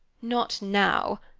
not now,